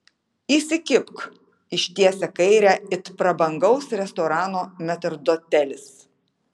įsikibk ištiesia kairę it prabangaus restorano metrdotelis